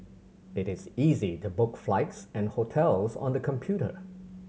it is easy to book flights and hotels on the computer